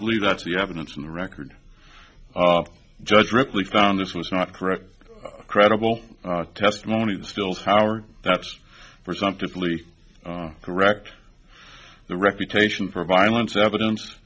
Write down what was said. believe that's the evidence in the record judge directly found this was not correct credible testimony still power that's for some to plea correct the reputation for violence evidence